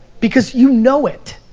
because you know it.